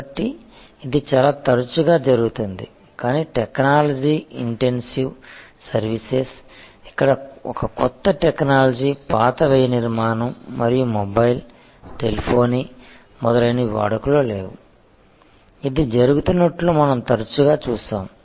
కాబట్టి ఇది చాలా తరచుగా జరుగుతుంది కానీ టెక్నాలజీ ఇంటెన్సివ్ సర్వీసెస్ ఇక్కడ ఒక కొత్త టెక్నాలజీ పాత వ్యయ నిర్మాణం మరియు మొబైల్ టెలిఫోనీ మొదలైనవి వాడుకలో లేదు ఇది జరుగుతున్నట్లు మనం తరచుగా చూశాము